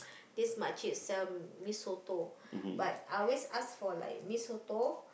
this Mak Cik sell mee soto but I always ask for like mee-soto